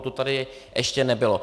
To tady ještě nebylo.